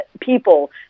people